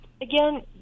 again